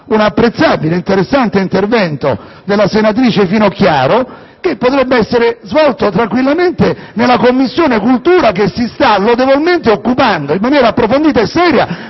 un apprezzabile e interessante intervento della senatrice Finocchiaro che potrebbe essere svolto tranquillamente nella Commissione istruzione, che si sta lodevolmente occupando, in maniera seria e approfondita, della